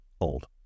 old